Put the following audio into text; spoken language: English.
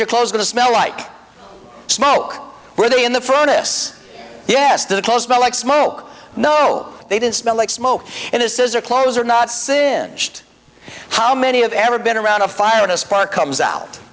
your clothes going to smell like smoke where they in the furnace yes to the close by like smoke no they didn't smell like smoke and it says are clothes are not singed how many of ever been around a fire in a spark comes out